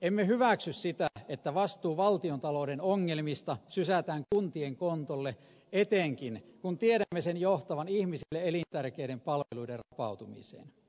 emme hyväksy sitä että vastuu valtiontalouden ongelmista sysätään kuntien kontolle etenkään kun tiedämme sen johtavan ihmisille elintärkeiden palveluiden rapautumiseen